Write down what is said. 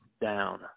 down